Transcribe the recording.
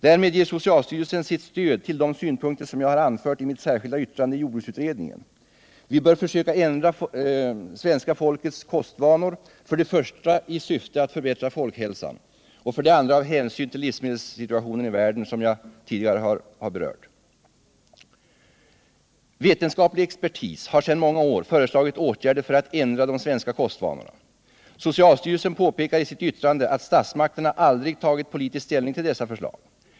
Därmed ger socialstyrelsen sitt stöd till de synpunkter jag anfört i mitt särskilda yttrande i jordbruksutredningen. Vi bör försöka ändra svenska folkets kostvanor för det första i syfte att förbättra folkhälsan och för det andra av hänsyn till livsmedelssituationen i världen, som jag tidigare har beskrivit. Vetenskaplig expertis har sedan många år föreslagit åtgärder för att ändra de svenska kostvanorna. Socialstyrelsen påpekar i sitt yttrande, att statsmakterna aldrig tagit politisk ställning till dessa förslag.